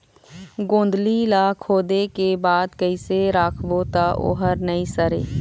गोंदली ला खोदे के बाद कइसे राखबो त ओहर नई सरे?